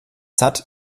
satt